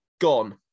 gone